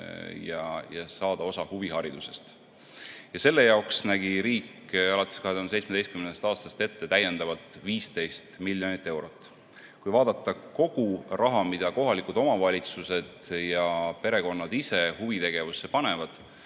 saada osa huviharidusest. Selle jaoks nägi riik alates 2017. aastast ette täiendavalt 15 miljonit eurot. Kui vaadata kogu raha, mida kohalikud omavalitsused ja perekonnad ise huvitegevusse panevad,